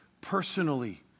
personally